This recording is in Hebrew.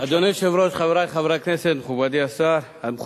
אדוני היושב-ראש, חברי חברי הכנסת, מכובדי השרים,